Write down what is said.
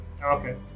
Okay